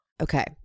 Okay